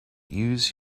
use